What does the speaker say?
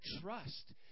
trust